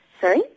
Sorry